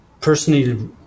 personally